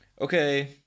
Okay